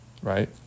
Right